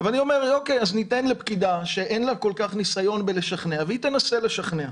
אני אומר שניתן לפקידה שאין לה כל כך ניסיון לשכנע והיא תנסה לשכנע,